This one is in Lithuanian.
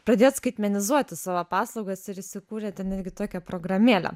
pradėt skaitmenizuoti savo paslaugas ir įsikūrėte netgi tokią programėlę